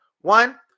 One